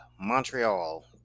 montreal